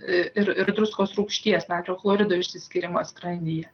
ir ir druskos rūgšties natrio chlorido išsiskyrimą skrandyje